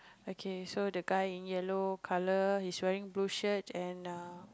okay so the guy in yellow color he's wearing blue shirt and err